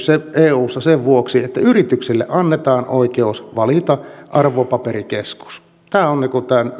eussa sen vuoksi että yrityksille annetaan oikeus valita arvopaperikeskus tämä on